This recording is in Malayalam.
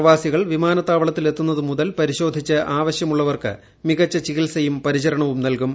പ്രവാസികൾ വിമാനത്താവളത്തിൽ എത്തുന്നതു മുതൽ പരിശോധിച്ച് ആവശ്യമുള്ളവർക്ക് മികച്ച ചികിത്സയും പരിചരണവും നൽകും